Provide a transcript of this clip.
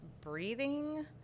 breathing